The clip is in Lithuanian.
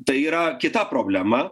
tai yra kita problema